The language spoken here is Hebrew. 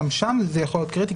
גם שם זה יכול להיות קריטי,